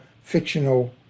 fictional